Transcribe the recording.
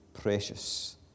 precious